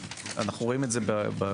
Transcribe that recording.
אנו רואים את זה במספרים.